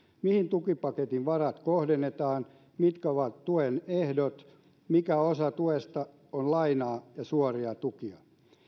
mihin tukipaketin varat kohdennetaan mitkä ovat tuen ehdot mikä osa tuesta on lainaa ja mikä suoria tukia